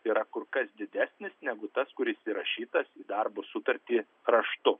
yra kur kas didesnis negu tas kuris įrašytas į darbo sutartį raštu